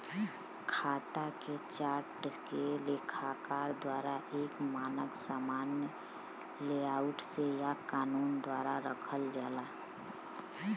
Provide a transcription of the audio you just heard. खाता के चार्ट के लेखाकार द्वारा एक मानक सामान्य लेआउट से या कानून द्वारा रखल जाला